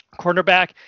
cornerback